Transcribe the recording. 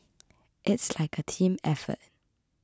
it's like a team effort